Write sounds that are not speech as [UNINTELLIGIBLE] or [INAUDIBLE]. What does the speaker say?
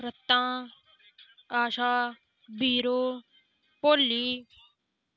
[UNINTELLIGIBLE] आशा बीरो भोल्ली